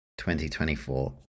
2024